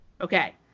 Okay